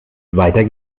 weiter